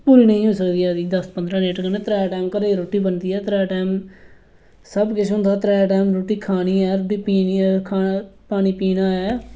पूरी नेईं होई सकदी ऐ दस पदंरा लीटर कन्नै मसां रुट्टी बनदी ऐ त्रै टाइम सब किश होंदा त्रै टाइम पानी पीने ऐ रुट्टी खानी ऐ